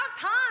Pond